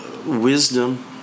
wisdom